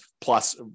plus